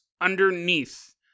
underneath